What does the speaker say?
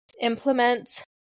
implement